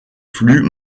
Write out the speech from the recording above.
flux